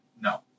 No